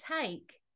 take